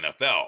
NFL